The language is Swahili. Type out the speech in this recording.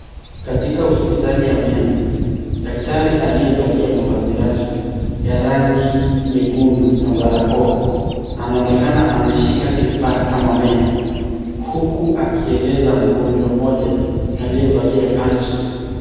Katika hospitali ya meno daktari aliyevalia mavazi rasmi ya rangi nyekundu na barakoa anaonekana ameshika kifaa kama meno huku akieleza mgonjwa mmoja aliyevaa kanzu.